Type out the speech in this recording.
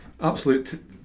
Absolute